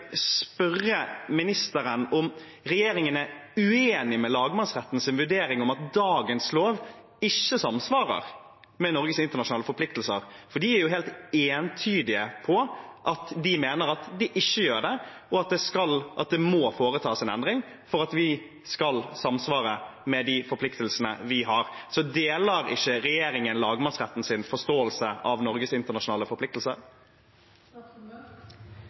spørre ministeren om regjeringen er uenig med lagmannsrettens vurdering om at dagens lov ikke samsvarer med Norges internasjonale forpliktelser, for de er helt entydige på at de mener at den ikke gjør det, og at det må foretas en endring for at dagens lov skal samsvare med de forpliktelsene vi har. Deler ikke regjeringen lagmannsrettens forståelse av Norges internasjonale forpliktelser?